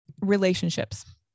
relationships